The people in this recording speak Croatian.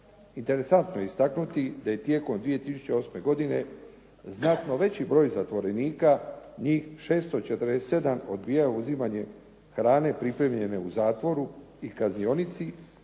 Interesantno je istaknuti da je tijekom 2008. godine znatno veći broj zatvorenika njih 647 odbijao uzimanje hrane pripremljene u zatvoru i kaznionici